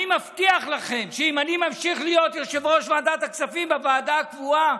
אני מבטיח לכם שאם אני ממשיך להיות יושב-ראש ועדת הכספים בוועדה הקבועה